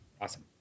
Awesome